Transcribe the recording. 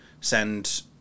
send